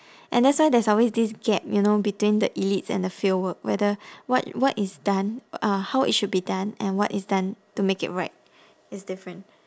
and that's why there's always this gap you know between the elites and the fieldwork whether what what is done uh how it should be done and what is done to make it right is different